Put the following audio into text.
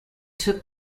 took